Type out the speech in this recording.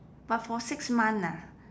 but for six month ah